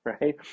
right